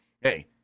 hey